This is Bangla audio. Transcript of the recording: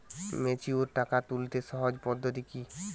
ম্যাচিওর টাকা তুলতে সহজ পদ্ধতি কি?